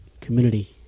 community